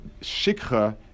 shikha